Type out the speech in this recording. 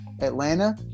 Atlanta